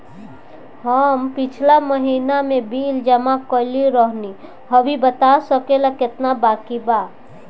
हम पिछला महीना में बिल जमा कइले रनि अभी बता सकेला केतना बाकि बा?